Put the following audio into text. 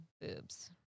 boobs